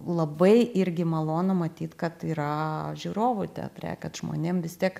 labai irgi malonu matyt kad yra žiūrovų teatre kad žmonėm vis tiek